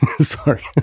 sorry